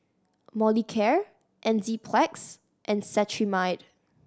Molicare Enzyplex and Cetrimide